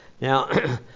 Now